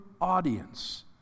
audience